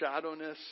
shadowness